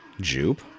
Jupe